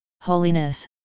holiness